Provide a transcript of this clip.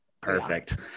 perfect